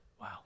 wow